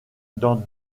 dans